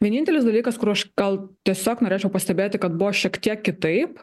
vienintelis dalykas kur aš gal tiesiog norėčiau pastebėti kad buvo šiek tiek kitaip